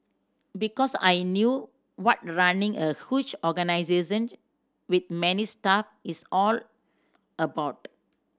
because I knew what running a huge organisation with many staff is all about